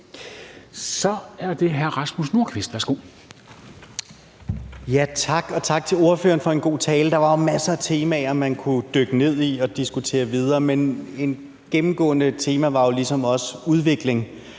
Kl. 19:59 Rasmus Nordqvist (SF): Tak, og tak til ordføreren for en god tale. Der var jo masser af temaer, man kunne dykke ned i og diskutere videre. Men et gennemgående tema var jo ligesom også udvikling,